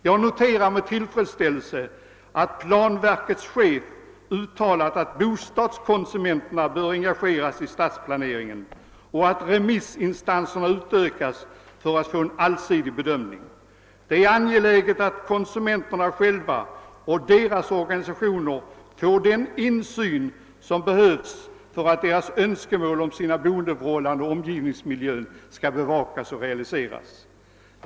Jag noterar med tillfredsställelse att planverkets chef uttalat att bostadskonsumenterna bör engageras i stadsplaneringen och att remissinstanserna bör utökas för att man skall få en allsidig bedömning. Det är angeläget att bostadskonsumenterna själva och deras organisationer får den insyn som behövs, för att deras önskemål om boendeförhållanden och omgivningsmiljö skall bevakas och realiseras.